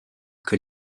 que